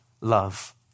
love